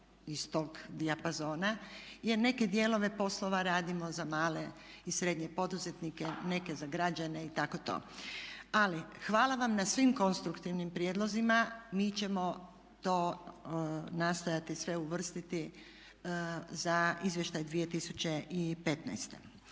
iz tog dijapazona i neke dijelove poslova radimo za male i srednje poduzetnike, neke za građane i tako to. Ali hvala vam na svim konstruktivnim prijedlozima. Mi ćemo to nastojati sve uvrstiti za izvještaj 2015.